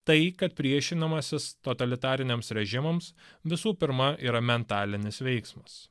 tai kad priešinimasis totalitariniams režimams visų pirma yra mentalinis veiksmas